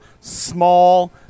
small